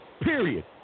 Period